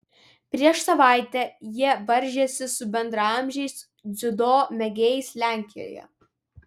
prieš savaitę jie varžėsi su bendraamžiais dziudo mėgėjais lenkijoje